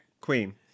Queen